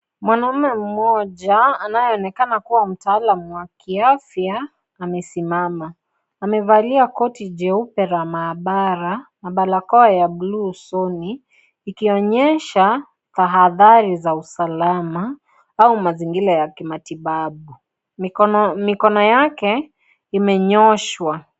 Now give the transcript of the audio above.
Mwanaume mmoja, anayeonekana kuwa mtaalam wa kiafya amesimama. Amevalia koti jeupe la maabara na barakoa ya buluu usoni ikionyesha, tahadhari za usalama au mazingira ya kimatibabu. Mikono yake imenyooshwa.